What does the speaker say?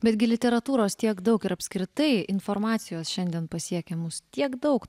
betgi literatūros tiek daug ir apskritai informacijos šiandien pasiekia mus tiek daug